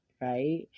right